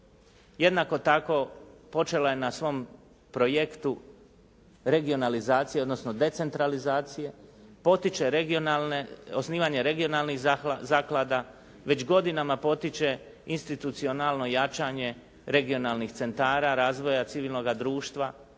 Jednako tako počela je na svom projektu regionalizacije, odnosno decentralizacije, potiče regionalne, osnivanje regionalnih zaklada, već godinama potiče institucionalno jačanje regionalnih centara, razvoja civilnoga društva,